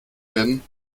werden